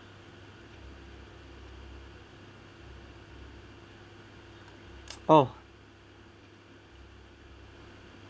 oh